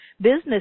business